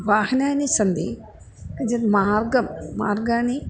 वाहनानि सन्ति किञ्चित् मार्गं मार्गाः